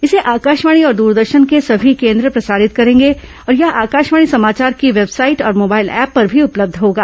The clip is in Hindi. इसे आकाशवाणी और द्रदर्शन के सभी केंद्र प्रसारित करेंगे और यह आकाशवाणी समाचार की वेबसाइट और मोबाइल ऐप पर भी उपलब्ध होगा